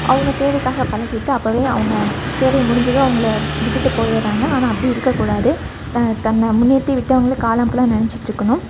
அவங்க தேவைக்காக பழகிட்டு அப்போவே அவங்க தேவை முடிஞ்சதும் அவங்கள விட்டுவிட்டு போயிடுறாங்க ஆனால் அப்படி இருக்க கூடாது தன்ன முன்னேற்றி விட்டவங்களை காலம் ஃபுல்லாக நினச்சிட்ருக்கணும்